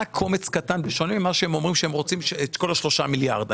קומץ קטן בשונה ממה שהם אומרים שהם רוצים את כל ה-3 מיליארד.